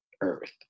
earth